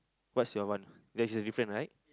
what's your one there is a different right